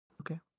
Okay